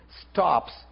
stops